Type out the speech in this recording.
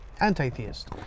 anti-theist